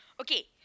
okay